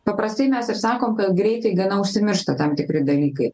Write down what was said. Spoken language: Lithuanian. paprastai mes ir sakom kad greitai gana užsimiršta tam tikri dalykai